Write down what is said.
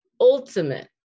ultimate